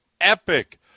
epic